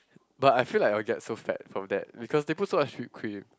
but I feel like I will get so fat from that because they put so much whipped cream